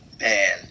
Man